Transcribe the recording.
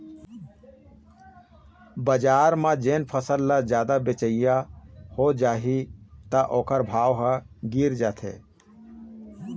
बजार म जेन फसल ल जादा बेचइया हो जाही त ओखर भाव ह गिर जाथे